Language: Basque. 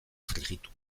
frijitu